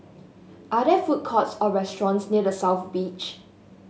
are there food courts or restaurants near The South Beach